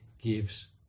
gives